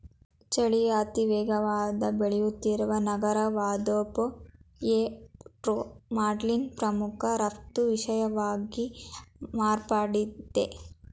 ಚಿಲಿಯ ಅತಿವೇಗವಾಗಿ ಬೆಳೆಯುತ್ತಿರುವ ನಗರವಾದಪುಯೆರ್ಟೊ ಮಾಂಟ್ನಲ್ಲಿ ಪ್ರಮುಖ ರಫ್ತು ವಿಷಯವಾಗಿ ಮಾರ್ಪಟ್ಟಿದೆ